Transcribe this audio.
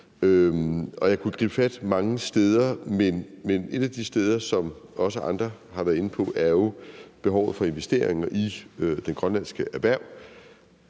Jeg kunne gribe fat mange steder, men et af de steder, som også andre har været inde på, er jo behovet for investeringer i det grønlandske erhverv.